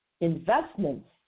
investments